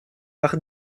par